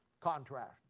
Contrast